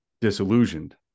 disillusioned